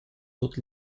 sut